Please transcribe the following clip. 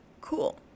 cool